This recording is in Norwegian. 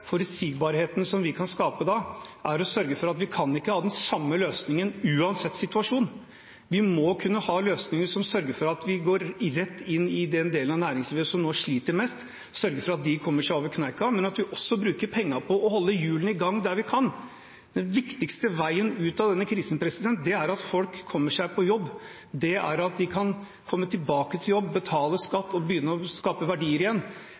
forutsigbarheten vi kan skape da, er å sørge for at vi ikke har den samme løsningen uansett situasjon. Vi må kunne ha løsninger som sørger for at vi går rett inn i den delen av næringslivet som nå sliter mest, sørge for at de kommer seg over kneika, men at vi også bruker pengene på å holde hjulene i gang der vi kan. Den viktigste veien ut av denne krisen er at folk kommer seg på jobb – at de kan komme tilbake til jobb, betale skatt og begynne å skape verdier igjen.